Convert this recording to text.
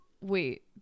wait